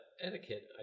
etiquette